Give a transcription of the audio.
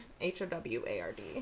H-O-W-A-R-D